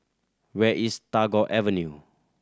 where is Tagore Avenue